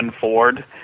Ford